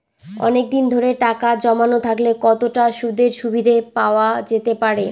অনেকদিন ধরে টাকা জমানো থাকলে কতটা সুদের সুবিধে পাওয়া যেতে পারে?